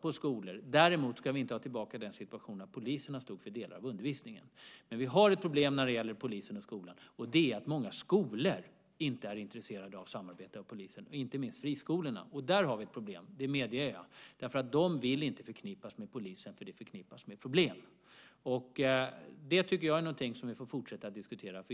på skolor. Däremot ska vi inte ha tillbaka den situationen där polisen stod för delar av undervisningen. Vi har ett problem när det gäller polisen i skolan. Det är att många skolor inte är intresserade av att samarbeta med polisen, inte minst friskolorna. Där har vi problem. Det medger jag. De vill inte förknippas med polisen, för det associeras med problem. Det tycker jag är någonting som vi får fortsätta diskutera.